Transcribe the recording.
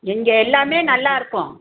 இங்கே எல்லாமே நல்லா இருக்கும்